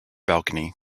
balcony